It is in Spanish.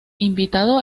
invitado